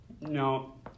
No